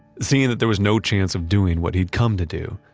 seeing that there was no chance of doing what he'd come to do,